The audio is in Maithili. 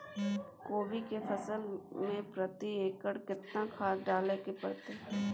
कोबी के फसल मे प्रति एकर केतना खाद डालय के परतय?